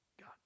God